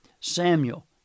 Samuel